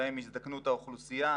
בהם הזדקנות האוכלוסייה,